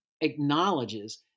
acknowledges